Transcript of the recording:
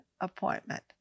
appointment